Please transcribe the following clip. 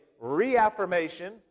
reaffirmation